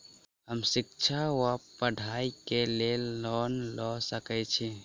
हम शिक्षा वा पढ़ाई केँ लेल लोन लऽ सकै छी?